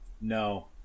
No